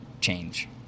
change